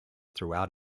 throughout